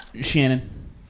Shannon